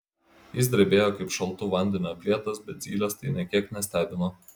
jis drebėjo kaip šaltu vandeniu aplietas bet zylės tai nė kiek nestebino